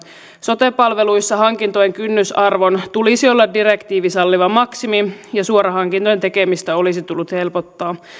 sote palveluissa hankintojen kynnysarvon tulisi olla direktiivin sallima maksimi ja suorahankintojen tekemistä olisi tullut helpottaa